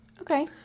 Okay